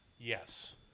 Yes